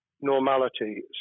normality